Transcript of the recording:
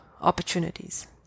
opportunities